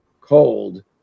cold